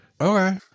Okay